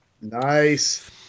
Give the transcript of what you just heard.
Nice